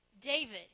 David